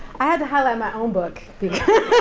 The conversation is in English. i had to highlight my own book because.